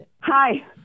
Hi